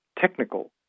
technical